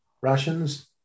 Russians